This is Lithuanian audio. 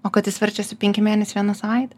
o kad jis verčiasi penki mėnesiai viena savaitė